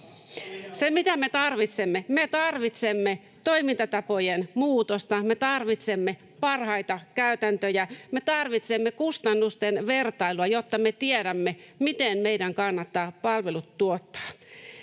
Se, mitä me tarvitsemme, me tarvitsemme toimintatapojen muutosta, me tarvitsemme parhaita käytäntöjä ja me tarvitsemme kustannusten vertailua, jotta me tiedämme, miten meidän kannattaa palvelut tuottaa.